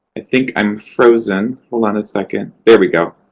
i think i'm frozen. hold on a second. there we go.